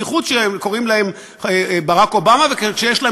בייחוד כשקוראים להם ברק אובמה ויש להם